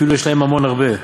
אפילו יש להם ממון הרבה,